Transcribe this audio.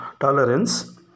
tolerance